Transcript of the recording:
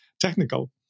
technical